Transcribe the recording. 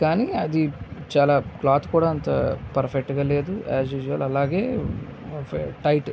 కానీ అది చాలా క్లాత్ కూడా అంత పర్ఫెక్ట్గా లేదు యాస్ యుస్వల్ అలాగే టైట్